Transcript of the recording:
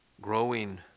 growing